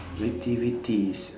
activities